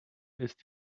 ist